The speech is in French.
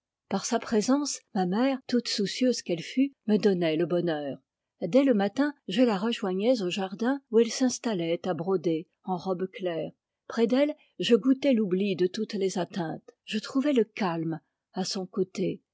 par sa présence ma mère toute soucieuse qu'elle fût me donnait le bonheur dès le matin je la rejoignais au jardin où elle s'installait à broder en robe claire près d'elle je goûtais l'oubli de toutes les atteintes je trouvais le calme à son côté